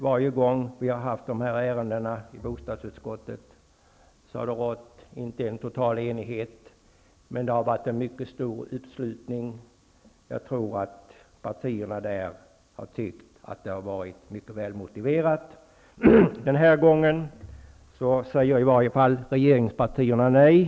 Var gång dessa ärenden har tagits upp i utskottet har det inte varit en total enighet, men dock en stor uppslutning. Jag tror att partierna har tyckt att besluten har varit väl motiverade. Den här gången säger regeringspartierna nej.